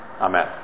amen